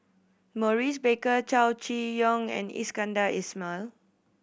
Maurice Baker Chow Chee Yong and Iskandar Ismail